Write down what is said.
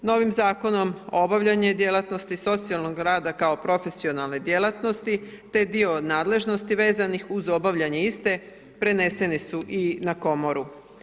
Novim zakonom, obavljanje djelatnosti socijalnog rada, kao profesionalne djelatnosti, te dio nadležnosti, vezanih uz obavljanje iste, prenesene su i na komoru.